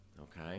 okay